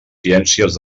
ciències